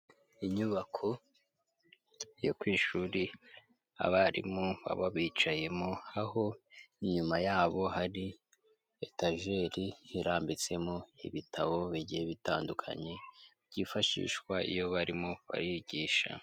Inyubako yo ku ishuri abarimu baba bicayemo, aho inyuma yabo hari etajeri irambitsemo ibitabo bigiye bitandukanye byifashishwa iyo barimo barigisha.